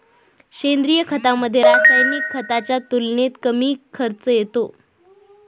सेंद्रिय खतामध्ये, रासायनिक खताच्या तुलनेने कमी खर्च येतो